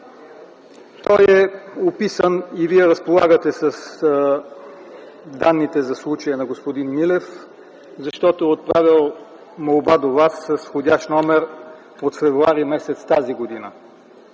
Той е описан и Вие разполагате с данните за случая на господин Милев, защото е отправил молба до Вас с входящ номер от февруари месец, тази година.